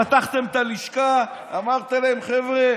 פתחתם את הלשכה, ואמרתם להם: חבר'ה,